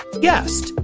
guest